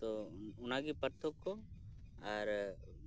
ᱛᱚ ᱚᱱᱟᱜᱮ ᱯᱟᱨᱛᱷᱚᱠᱠᱚ ᱟᱨ